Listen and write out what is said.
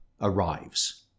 arrives